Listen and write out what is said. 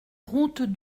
route